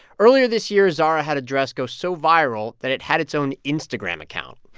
earlier this year, zara had a dress go so viral that it had its own instagram account